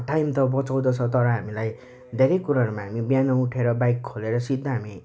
time त बचाउँदछ तर हामीलाई धेरै कुरामा हामी बिहान उठेर बाइक खोलेर सिधा हामी